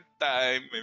time